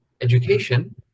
education